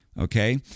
Okay